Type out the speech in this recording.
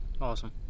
Awesome